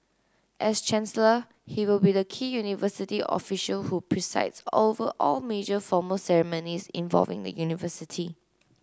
as chancellor he will be the key university official who presides over all major formal ceremonies involving the university